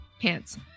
pants